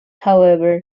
however